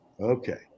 Okay